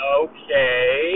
okay